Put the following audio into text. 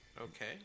Okay